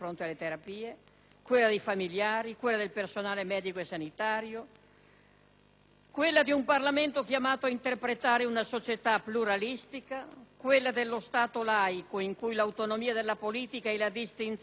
quella di un Parlamento chiamato a interpretare una società pluralistica; quella dello Stato laico in cui l'autonomia della politica e la distinzione e l'equilibrio dei poteri sono l'unica vera garanzia perché siano effettivi